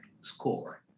score